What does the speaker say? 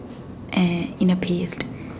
and in a paste